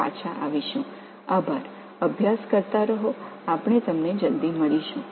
படித்துக்கொண்டே இருப்பதற்கு நன்றி நாங்கள் விரைவில் உங்களைப் பார்ப்போம்